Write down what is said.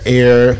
air